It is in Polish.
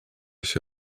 się